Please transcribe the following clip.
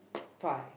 five